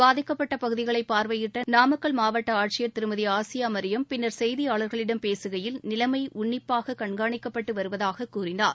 பாதிக்கப்பட்ட பகுதிகளை பார்வையிட்ட நாமக்கல் மாவட்ட ஆட்சியர் திருமதி ஆசியா மரியம் பின்னர் செய்தியாளர்களிடம் பேசுகையில் நிலைமை உன்னிப்பாக கண்காணிக்கப்பட்டு வருவதாக கூறினார்